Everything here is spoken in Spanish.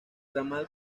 ramal